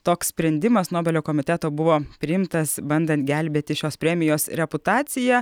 toks sprendimas nobelio komiteto buvo priimtas bandant gelbėti šios premijos reputaciją